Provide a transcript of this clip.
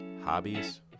hobbies